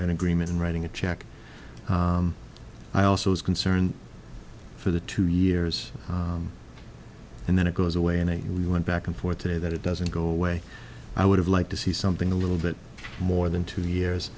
n agreement in writing a check i also was concerned for the two years and then it goes away and we went back and forth today that it doesn't go away i would have liked to see something a little bit more than two years